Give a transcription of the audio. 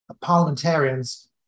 parliamentarians